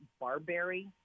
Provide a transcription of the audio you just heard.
barberry